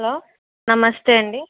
hello నమస్తే అండి